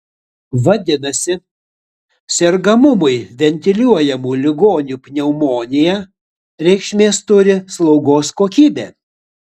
vadinasi sergamumui ventiliuojamų ligonių pneumonija reikšmės turi slaugos kokybė